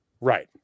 right